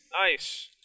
Nice